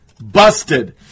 Busted